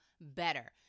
better